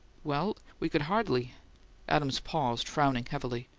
well, we could hardly adams paused, frowning heavily.